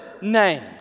name